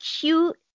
cute